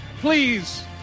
Please